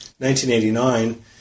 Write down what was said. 1989